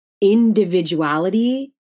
individuality